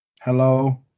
Hello